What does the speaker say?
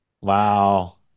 Wow